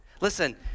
Listen